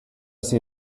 see